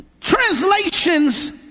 Translations